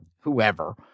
whoever